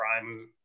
prime